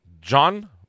John